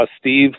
Steve